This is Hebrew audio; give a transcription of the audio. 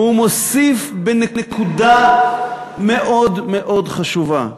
והוא מוסיף בנקודה מאוד מאוד חשובה.